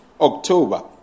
October